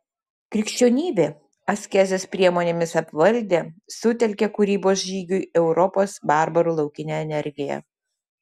krikščionybė askezės priemonėmis apvaldė sutelkė kūrybos žygiui europos barbarų laukinę energiją